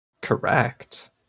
Correct